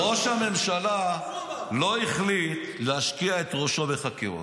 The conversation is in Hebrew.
ראש הממשלה לא החליט להשקיע את ראשו בחקירות.